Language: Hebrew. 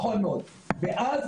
ואז,